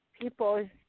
people